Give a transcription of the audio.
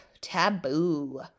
Taboo